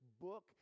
book